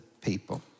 people